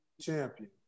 champion